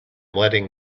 letting